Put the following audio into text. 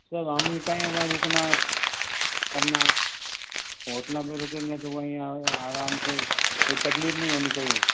sir हम कहीं वहाँ रुकना करना है होटलां पर रुकेंगे तो वही आराम से कोई तकलीफ नहीं होनी चाहिए